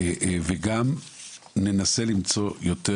וגם ננסה למצוא יותר